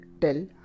tell